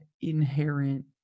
inherent